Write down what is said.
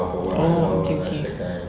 oh okay okay